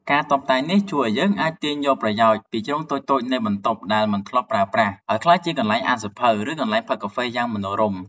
ការតុបតែងនេះជួយឱ្យយើងអាចទាញយកប្រយោជន៍ពីជ្រុងតូចៗនៃបន្ទប់ដែលមិនធ្លាប់ប្រើប្រាស់ ឱ្យក្លាយជាកន្លែងអានសៀវភៅ ឬកន្លែងផឹកកាហ្វេយ៉ាងមនោរម្យ។